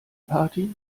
party